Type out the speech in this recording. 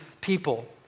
people